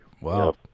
Wow